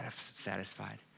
satisfied